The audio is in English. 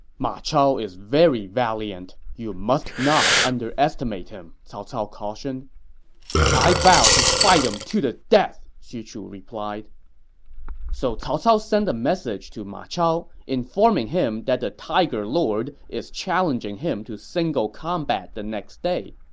ma chao is very valiant you must not underestimate him, cao cao cautioned i vow to fight him to the death! xu chu replied so cao cao sent a message to ma chao, informing him that the tiger lord is challenging him to single combat the next day.